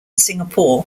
singapore